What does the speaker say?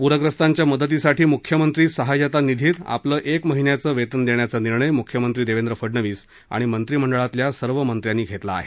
प्रग्रस्तांच्या मदतीसाठी मुख्यमंत्री सहाय्यता निधीत आपलं एक महिन्याचं वेतन देण्याचा निर्णय मुख्यमंत्री देवेंद्र फडनवीस आणि मंत्रीमंडळातल्या सर्व मंत्र्यांनी घेतला आहे